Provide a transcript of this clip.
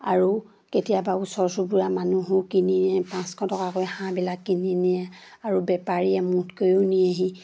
আৰু কেতিয়াবা ওচৰ চুবুৰীয়া মানুহেও কিনি নিয়ে পাঁচশ টকাকৈ হাঁহবিলাক কিনি নিয়ে আৰু বেপাৰীয়ে মোতকৈয়ো নিয়েহি